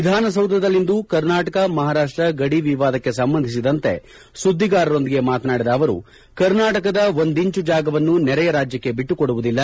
ವಿಧಾನಸೌಧದಲ್ಲಿಂದು ಕರ್ನಾಟಕ ಮಹಾರಾಷ್ಷ ಗಡಿ ವಿವಾದಕ್ಕೆ ಸಂಬಂಧಿಸಿದಂತೆ ಸುದ್ದಿಗಾರರೊಂದಿಗೆ ಮಾತನಾಡಿದ ಅವರು ಕರ್ನಾಟಕದ ಒಂದಿಂಚು ಜಾಗವನ್ನೂ ನೆರೆಯ ರಾಜ್ಯಕ್ಕೆ ಬಿಟ್ಟುಕೊಡುವುದಿಲ್ಲ